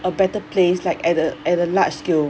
a better place like at a at a large scale